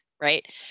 right